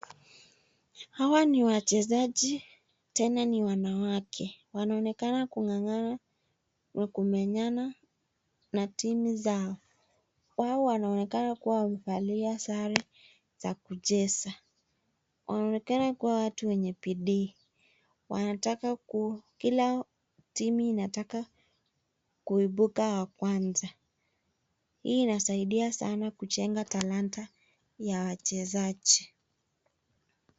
Hawa ni wachezaji tena ni wanawake. Wanaonekana kung'ang'ana wemeng'ang'ana na timu zao. Hao wanaonekana kuwa wamevalia sare za kucheza. Wanaonekana ni watu wenye bidii. Wanataka kila timu inataka kuibuka wa kwanza. Hii inasaidia sana kujenga talanta ya wachezaji.